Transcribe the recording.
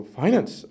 finance